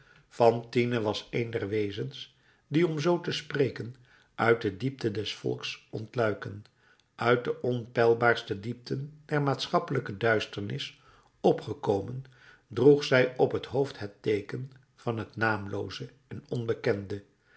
fantine was een der wezens die om zoo te spreken uit de diepte des volks ontluiken uit de onpeilbaarste diepten der maatschappelijke duisternis opgekomen droeg zij op het hoofd het teeken van het naamlooze en onbekende